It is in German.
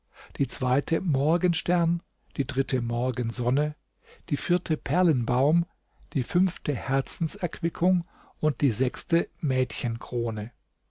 die zweite morgenstern die dritte morgensonne die vierte perlenbaum die fünfte herzenserquickung und die sechste